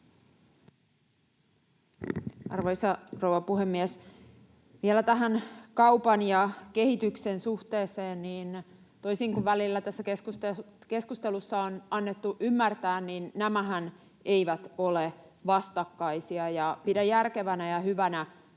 Arvoisa rouva puhemies! Vielä tähän kaupan ja kehityksen suhteeseen. Toisin kuin välillä tässä keskustelussa on annettu ymmärtää, niin nämähän eivät ole vastakkaisia. Pidän järkevänä ja hyvänä